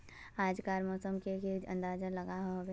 आज कार मौसम से की अंदाज लागोहो होबे?